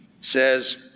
says